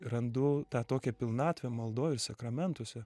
randu tą tokią pilnatvę maldoj sakramentuose